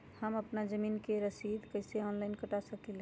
हम अपना जमीन के रसीद कईसे ऑनलाइन कटा सकिले?